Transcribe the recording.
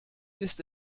ist